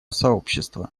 сообщества